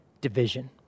division